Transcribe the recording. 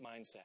mindset